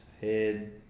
head